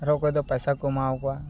ᱟᱨᱚ ᱚᱠᱚᱭ ᱫᱚ ᱯᱟᱭᱥᱟ ᱠᱚ ᱮᱢᱟᱣᱟᱠᱚᱣᱟ